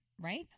Right